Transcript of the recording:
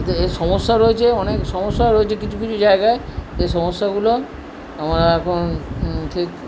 এ সমস্যা রয়েছে অনেক সমস্যা রয়েছে কিছু কিছু জায়গায় সেই সমস্যাগুলো আমরা এখন ঠিক